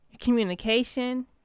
communication